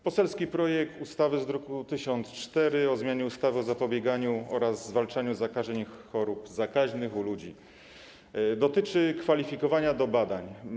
Poselski projekt ustawy z druku nr 1004 o zmianie ustawy o zapobieganiu oraz zwalczaniu zakażeń i chorób zakaźnych u ludzi dotyczy kwalifikowania, badań.